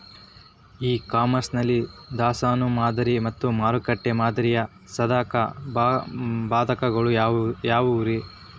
E commerce ನಲ್ಲಿ ದಾಸ್ತಾನು ಮಾದರಿ ಮತ್ತ ಮಾರುಕಟ್ಟೆ ಮಾದರಿಯ ಸಾಧಕ ಬಾಧಕಗಳ ಯಾವವುರೇ?